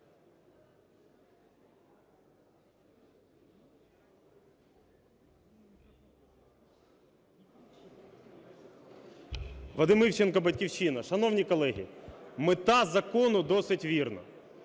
Вадим Івченко, "Батьківщина". Шановні колеги, мета закону досить вірна.